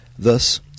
Thus